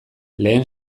lehen